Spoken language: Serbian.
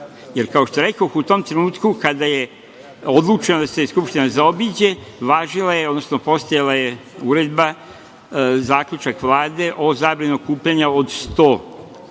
jer kao što rekoh u tom trenutku kada je odlučeno da se Skupština zaobiđe važila je, odnosno postojala je uredba, zaključak Vlade o zabrani okupljanja od 100,